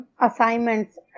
assignments